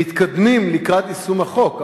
שמתקדמים לקראת יישום החוק,